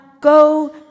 Go